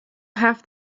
have